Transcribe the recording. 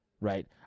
right